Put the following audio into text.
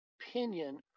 opinion